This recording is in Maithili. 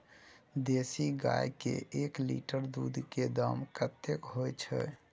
देसी गाय के एक लीटर दूध के दाम कतेक होय छै?